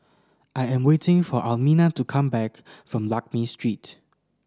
I am waiting for Elmina to come back from Lakme Street